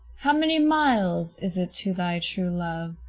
how many miles is it to thy true love?